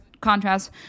Contrast